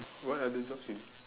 what other jobs you